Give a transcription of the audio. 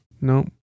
No